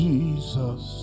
Jesus